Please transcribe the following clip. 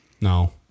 No